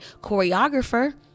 choreographer